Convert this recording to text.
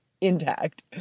intact